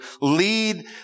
lead